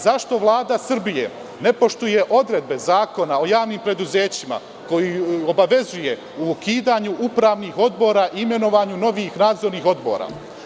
Zašto Vlada Srbije ne poštuje odredbe Zakona o javnim preduzećima koji obavezuje ukidanje upravnih odbora i imenovanje novih nadzornih odbora.